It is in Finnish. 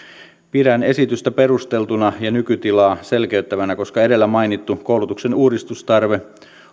pidän esitystä perusteltuna ja nykytilaa selkeyttävänä koska edellä mainittu koulutuksen uudistustarve